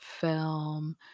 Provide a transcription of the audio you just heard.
film